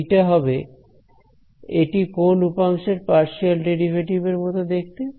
এইটা হবে এটা কোন উপাংশের পার্শিয়াল ডেরিভেটিভ এর মতন দেখতে